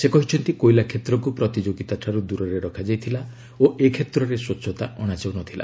ସେ କହିଛନ୍ତି କୋଇଲା କ୍ଷେତ୍ରକୁ ପ୍ରତିଯୋଗିତା ଠାରୁ ଦୂରରେ ରଖାଯାଇଥିଲା ଓ ଏ କ୍ଷେତ୍ରରେ ସ୍ୱଚ୍ଚତା ଅଣାଯାଉନଥିଲା